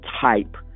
type